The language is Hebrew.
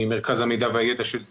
ממרכז המידע והידע של צה"ל,